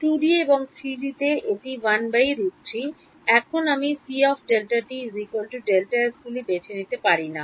2 D এবং 3 D তে এটি 1 √3 এখন আমি cΔt Δs গুলি বেছে নিতে পারি না